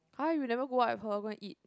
!huh! you never go out with her go and eat